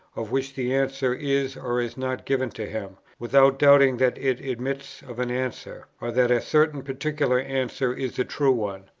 of which the answer is or is not given to him, without doubting that it admits of an answer, or that a certain particular answer is the true one.